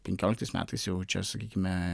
penkioliktais metais jau čia sakykime